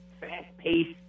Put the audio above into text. fast-paced